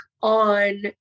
on